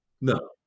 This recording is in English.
No